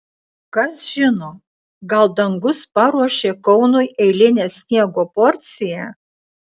kas žino gal dangus paruošė kaunui eilinę sniego porciją